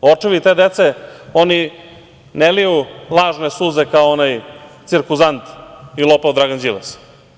Očevi te dece, oni ne liju lažne suze kao onaj cirkuzant i lopov Dragan Đilas.